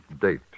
date